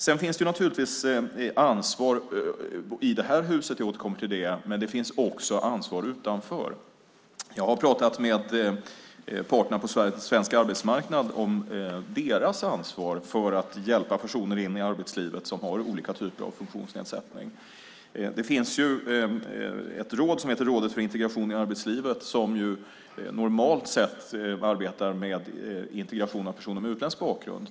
Det finns naturligtvis ansvar i det här huset - jag återkommer till det. Men det finns också ansvar utanför. Jag har pratat med parterna på svensk arbetsmarknad om deras ansvar för att hjälpa personer in i arbetslivet som har olika typer av funktionsnedsättning. Det finns ett råd som heter Rådet för integration i arbetslivet som normalt sett arbetar med integration av personer med utländsk bakgrund.